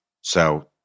So-